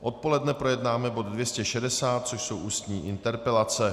Odpoledne projednáme bod 260, což jsou ústní interpelace.